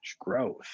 growth